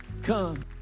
come